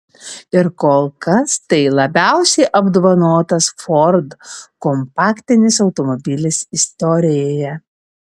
ir kol kas tai labiausiai apdovanotas ford kompaktinis automobilis istorijoje